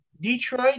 detroit